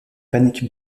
panique